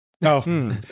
No